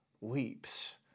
weeps